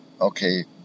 okay